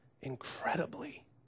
incredibly